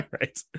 right